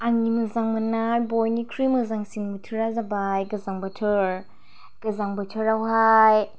आंनि मोजां मोननाय बयनिख्रुइ मोजांसिन बोथोरा जाबाय गोजां बोथोर गोजां बोथोराव हाय